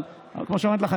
אבל כמו שאמרתי לך,